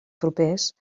propers